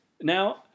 Now